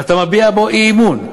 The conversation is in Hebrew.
ואתה מביע בו אי-אמון.